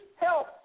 help